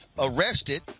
arrested